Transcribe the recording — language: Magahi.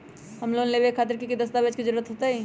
होम लोन लेबे खातिर की की दस्तावेज के जरूरत होतई?